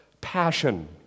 Passion